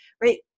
right